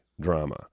drama